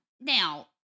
Now